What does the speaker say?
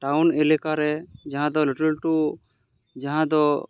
town ᱮᱞᱟᱠᱟᱨᱮ ᱡᱟᱦᱟᱸ ᱫᱚ ᱞᱟᱹᱴᱩ ᱞᱟᱹᱴᱩ ᱡᱟᱦᱟᱸ ᱫᱚ